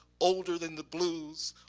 older than the blues,